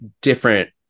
different